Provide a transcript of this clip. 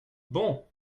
bon